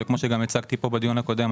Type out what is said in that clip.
וכמו שגם הצגתי פה בדיון הקודם,